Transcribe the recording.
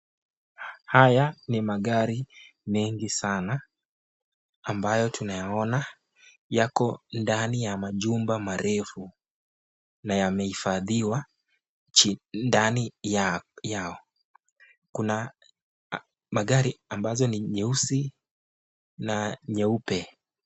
Haya ni magari mengi sana ambayo tunayaona yako ndani ya majumba marefu na yamehifadhiwa ndani yao . Kuna magari ambazo ni nyeusi na nyeupe.